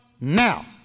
now